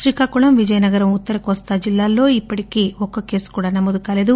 శ్రీకాకుళం విజయనగరం ఉత్తర కోస్తా జిల్లాలలో ఇప్పటికి ఒక్క కేసు కూడా నమోదు కాలేదు